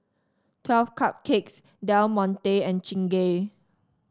Twelve Cupcakes Del Monte and Chingay